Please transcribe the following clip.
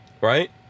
right